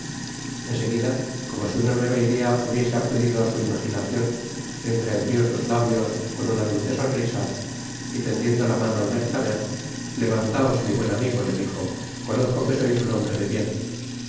seguida como si una nueva idea hubiese acudido á su imaginacion entreabrió sus labios con una dulce sonrisa y tendiendo la mano al mercader levantaos mi buen amigo le dijo conozco que sois un hombre de bien el